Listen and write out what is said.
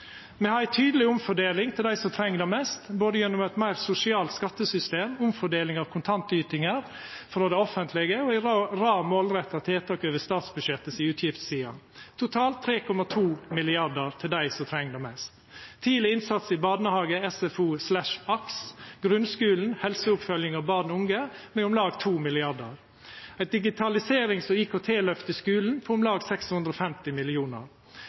Me har ei tydeleg omfordeling til dei som treng det mest, både gjennom eit meir sosialt skattesystem, omfordeling av kontantytingar frå det offentlege og ei rad målretta tiltak over utgiftssida i statsbudsjettet. Totalt er det 3,2 mrd. kr til dei som treng det mest: tidleg innsats i barnehage, SFO/AKS, grunnskulen, helseoppfylging av barn og unge med om lag 2 mrd. kr, eit digitaliserings- og IKT-løft i skulen på om lag 650